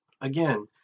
Again